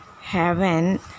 heaven